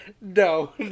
No